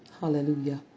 Hallelujah